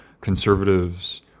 conservatives